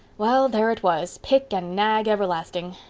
well, there it was, pick and nag everlasting.